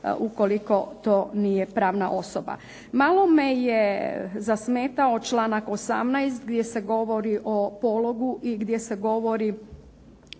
ukoliko to nije pravna osoba. Malo me je zasmetao članak 18. gdje se govori o pologu i gdje se govori